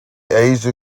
asia